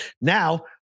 now